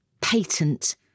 patent